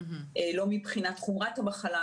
לא מבחינת חומרת המחלה,